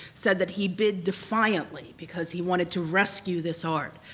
said that he bid defiantly, because he wanted to rescue this art.